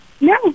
No